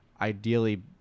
ideally